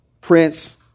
Prince